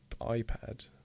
iPad